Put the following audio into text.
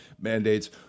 mandates